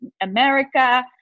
America